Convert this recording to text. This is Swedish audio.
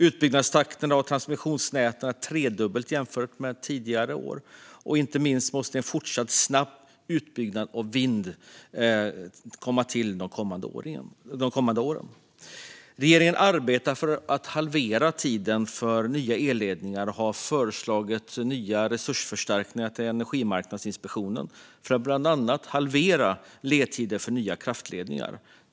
Utbyggnadstakten av transmissionsnäten har tredubblats jämfört med tidigare år. Inte minst måste en snabb utbyggnad av vindkraften fortsätta under de kommande åren. Regeringen arbetar för att halvera tiden för nya elledningar och har föreslagit nya resursförstärkningar till Energimarknadsinspektionen för att bland annat halvera ledtiderna för nya kraftledningar.